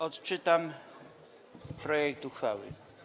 Odczytam projekt uchwały.